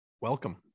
Welcome